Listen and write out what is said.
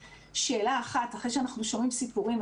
שאלה אחת אחרי שאנחנו שומעים סיפורים,